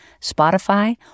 Spotify